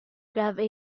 grabbed